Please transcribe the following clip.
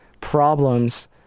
problems